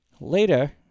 Later